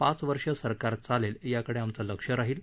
पाच वर्ष सरकार चालेल याकडे आमचं लक्ष राहील